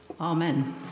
Amen